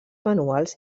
manuals